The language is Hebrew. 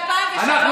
שב-2003 היה משבר?